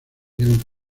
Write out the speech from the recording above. dieron